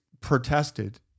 protested